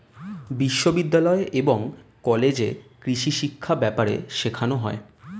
বিশ্ববিদ্যালয় এবং কলেজে কৃষিশিক্ষা ব্যাপারে শেখানো হয়